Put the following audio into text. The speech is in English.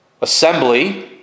assembly